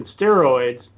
steroids